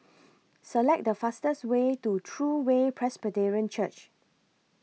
Select The fastest Way to True Way Presbyterian Church